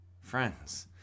Friends